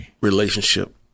relationship